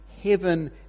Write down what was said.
heaven